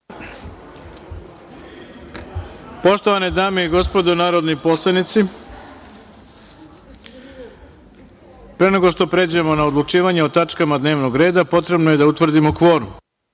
sednice. Poštovane dame i gospodo narodni poslanici, pre nego što pređemo na odlučivanje o tačkama dnevnog reda, potrebno je da utvrdimo